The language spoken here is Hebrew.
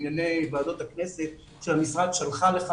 לענייני ועדות הכנסת שלחה לך,